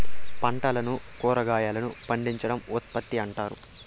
పంటలను కురాగాయలను పండించడం ఉత్పత్తి అంటారు